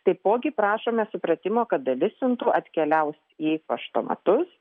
taipogi prašome supratimo kad dalis siuntų atkeliaus į paštomatus